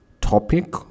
topic